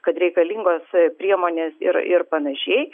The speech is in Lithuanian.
kad reikalingos priemonės ir ir panašiai